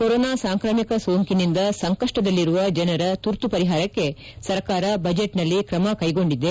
corona ಸಾಂಕ್ರಾಮಿಕ ಸೋಂಕಿನಿಂದ ಸಂಕಷ್ಷದಲ್ಲಿರುವ ಜನರ ತುರ್ತು ಪರಿಹಾರಕ್ಕೆ ಸರ್ಕಾರ ಬಜೆಟ್ನಲ್ಲಿ ತ್ರಮ ಕ್ಲೆಗೊಂಡಿದೆ